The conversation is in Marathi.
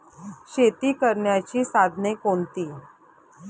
शेती करण्याची साधने कोणती?